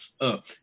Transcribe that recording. Up